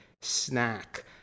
snack